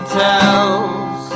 tells